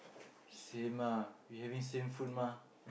same lah we having same food mah